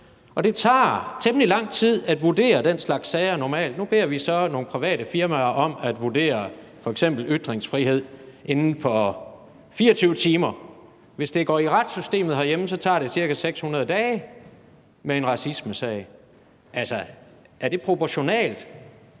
og det tager normalt temmelig lang tid at vurdere den slags sager. Nu beder vi så nogle private firmaer om at vurdere f.eks. ytringsfrihed inden for 24 timer. Hvis det går igennem retssystemet herhjemme, tager det ca. 600 dage med en racismesag. Altså, er det proportionalt?